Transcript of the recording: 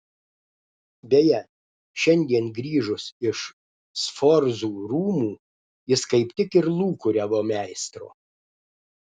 beje šiandien grįžus iš sforzų rūmų jis kaip tik ir lūkuriavo meistro